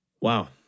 Wow